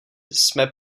jsme